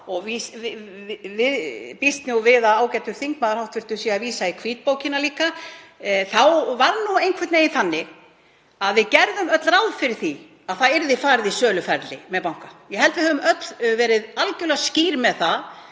ég býst við að hv. þingmaður sé að vísa í hvítbókina, þá var það nú einhvern veginn þannig að við gerðum öll ráð fyrir því að farið yrði í söluferli með banka. Ég held við höfum öll verið algerlega skýr með það